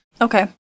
Okay